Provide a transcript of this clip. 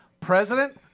president